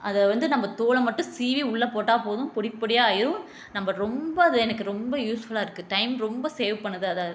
அதை வந்து நம்ப தோலை மட்டும் சீவி உள்ளே போட்டால் போதும் பொடி பொடியாக ஆயிடும் நம்ம ரொம்ப அது எனக்கு ரொம்ப யூஸ்ஃபுல்லாக இருக்கு டைம் ரொம்ப சேவ் பண்ணுது அது